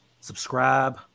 subscribe